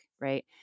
Right